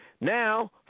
Now